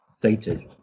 dated